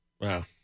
Wow